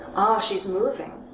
she's moving.